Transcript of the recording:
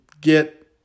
get